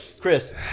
Chris